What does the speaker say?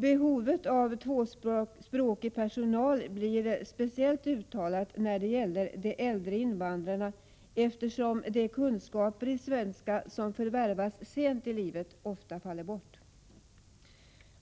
Behovet av tvåspråkig personal blir speciellt uttalat när det gäller de äldre invandrarna, eftersom de kunskaper i svenska som förvärvas sent i livet ofta faller bort.